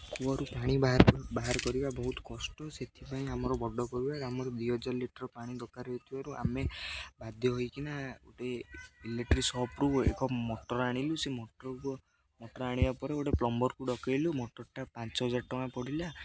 କୂଅରୁ ପାଣି ବାହାର ବାହାର କରିବା ବହୁତ କଷ୍ଟ ସେଥିପାଇଁ ଆମର ବଡ଼ ପରିବାର ଆମର ଦୁଇ ହଜାର ଲିଟର ପାଣି ଦରକାର ହେଇଥିବାରୁ ଆମେ ବାଧ୍ୟ ହେଇକିନା ଗୋଟେ ଇଲେକ୍ଟ୍ରିକ୍ ସପରୁ ଏକ ମଟର ଆଣିଲୁ ସେ ମଟରକୁ ମଟର ଆଣିବା ପରେ ଗୋଟେ ପ୍ଲମ୍ବରକୁ ଡକେଇଲୁ ମଟରଟା ପାଞ୍ଚ ହଜାର ଟଙ୍କା ପଡ଼ିଲା